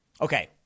Okay